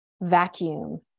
vacuum